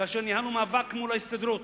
כאשר ניהלנו מאבק מול ההסתדרות.